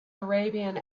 arabian